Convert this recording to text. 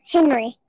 Henry